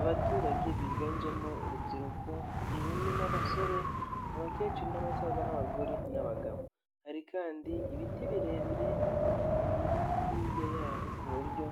Abaturage biganjemo urubyiruko, inkumi n'abasore abakecuru n'abasaza n'abagore n'abagabo, hari kandi ibiti birebire biri hirya yaho ku buryo